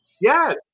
Yes